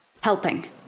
Helping